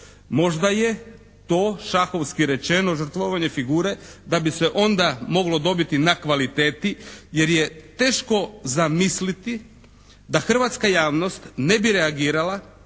Možda je to šahovski rečeno žrtvovanje figure da bi se onda moglo dobiti na kvaliteti jer je teško zamisliti da hrvatska javnost ne bi reagirala